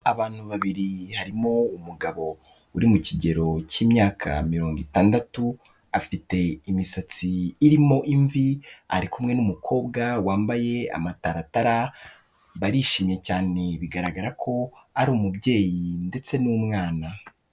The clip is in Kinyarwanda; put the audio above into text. Abantu babiri harimo umugabo uri mu kigero k'imyaka mirongo itandatu, afite imisatsi irimo imvi, ari kumwe n'umukobwa wambaye amataratara, barishimye cyane bigaragara ko ari umubyeyi ndetse n'umwana.